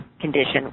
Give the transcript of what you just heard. condition